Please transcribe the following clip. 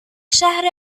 شهر